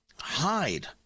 hide